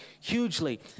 hugely